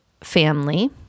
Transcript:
family